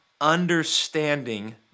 understanding